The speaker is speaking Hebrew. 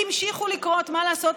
המשיכו לקרות, מה לעשות?